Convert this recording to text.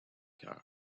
cœur